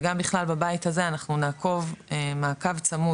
וגם בכלל בבית הזה אנחנו נעקוב מעקב צמוד